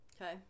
Okay